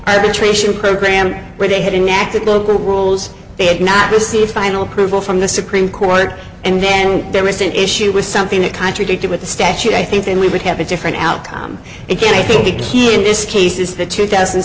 a tradition program where they had an active local rules they had not received final approval from in the supreme court and then there was an issue with something that contradicted what the statute i think then we would have a different outcome again i think the key in this case is the two thousand